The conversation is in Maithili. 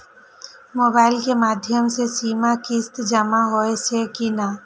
मोबाइल के माध्यम से सीमा किस्त जमा होई छै कि नहिं?